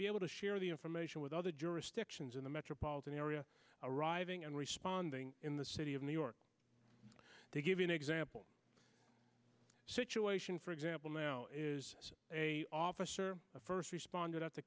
be able to share the information with other jurisdictions in the metropolitan area arriving and responding in the city of new york to give an example situation for example now is a officer first responded out to